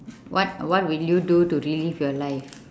what what would you do to relive your life